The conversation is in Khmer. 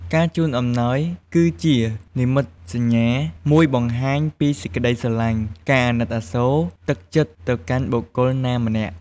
ការជូនអំណោយគឺជានិមិត្តសញ្ញាមួយបង្ហាញពីសេចក្ដីស្រឡាញ់ ការអាណិតអាសូរ ទឹកចិត្តទៅកាន់បុគ្គលណាម្នាក់។